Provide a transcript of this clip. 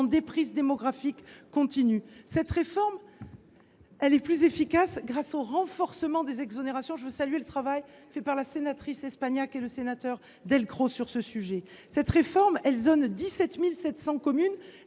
déprise démographique continue. Cette réforme est plus efficace grâce au renforcement des exonérations – je veux saluer le travail fait par la sénatrice Espagnac et le sénateur Delcros sur ce sujet. Elle permet de zoner 17 700 communes,